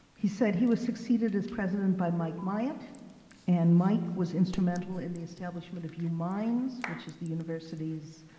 he said he was succeeded as president by mike myatt and mike was instrumental in the establishment of yeah uminds, which is the university's